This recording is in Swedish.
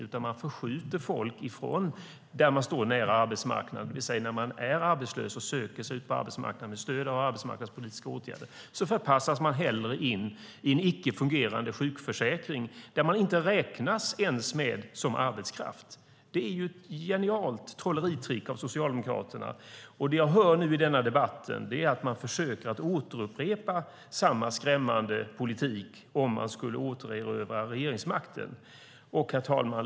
I stället är det fråga om en förskjutning av folk från att stå nära arbetsmarknaden, det vill säga när de är arbetslösa och söker sig ut på arbetsmarknaden med stöd av arbetsmarknadspolitiska åtgärder förpassas de hellre in i en icke fungerande sjukförsäkring där de inte ens räknas som arbetskraft. Det är ett genialt trolleritrick av Socialdemokraterna. Nu försöker Socialdemokraterna upprepa samma skrämmande politik för att återerövra regeringsmakten. Herr talman!